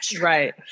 Right